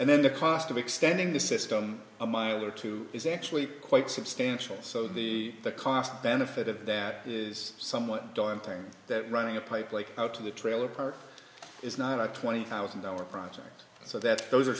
and then the cost of extending the system a mile or two is actually quite substantial so the cost benefit of that is somewhat daunting that running a pipe like out of the trailer park is not a twenty thousand dollar project so that those are